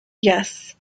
yes